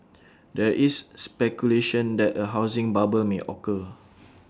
there is speculation that A housing bubble may occur